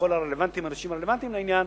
בכל האנשים הרלוונטיים לעניין,